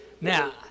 Now